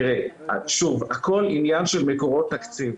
שוב, הכול עניין של מקורות תקציב.